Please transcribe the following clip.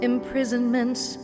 Imprisonments